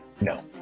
No